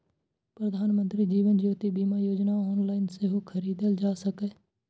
प्रधानमंत्री जीवन ज्योति बीमा योजना ऑनलाइन सेहो खरीदल जा सकैए